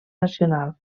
nacional